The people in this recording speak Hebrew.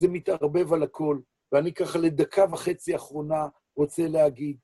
זה מתערבב על הכל, ואני ככה לדקה וחצי אחרונה רוצה להגיד.